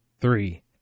three